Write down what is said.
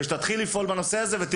ושתתחיל לפעול בנושא הזה.